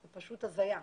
זאת פשוט הזיה.